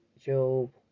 Job